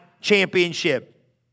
championship